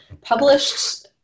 published